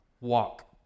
Walk